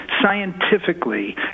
scientifically